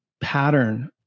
pattern